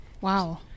Wow